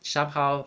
somehow